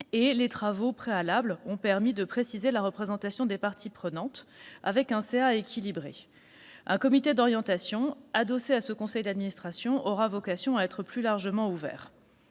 Les travaux préalables ont permis de préciser la représentation des parties prenantes, avec un conseil d'administration équilibré. Un comité d'orientation adossé à ce conseil d'administration aura vocation à être plus largement ouvert.